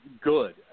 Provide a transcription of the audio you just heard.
good